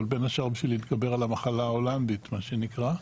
אבל בין השאר בשביל להתגבר על המחלה ההולנדית מה שנקרא,